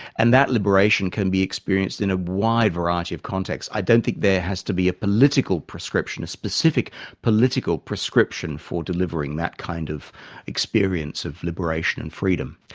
and that liberation can be experienced in a wide variety of contexts. i don't think there has to be a political prescription, a specific political prescription, for delivering that kind of experience of liberation and freedom.